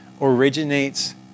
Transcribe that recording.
originates